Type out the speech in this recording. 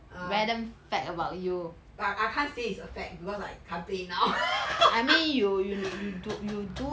err but I can't say it's a fact because like I say it now